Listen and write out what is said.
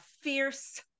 fierce